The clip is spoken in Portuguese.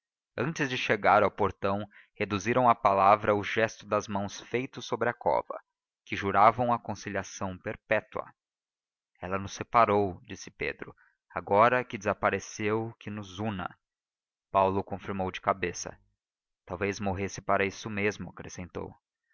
antes de chegar ao portão reduziram à palavra o gesto das mãos feito sobre a cova que juravam a conciliação perpétua ela nos separou disse pedro agora que desapareceu que nos una paulo confirmou de cabeça talvez morresse para isso mesmo acrescentou